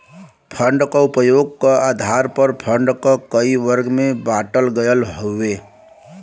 fund क उपयोग क आधार पर फण्ड क कई वर्ग में बाँटल गयल हउवे